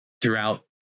throughout